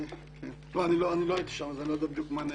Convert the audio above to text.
אני לא יודע בדיוק מה נאמר שם.